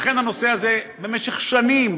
לכן הנושא הזה, במשך שנים,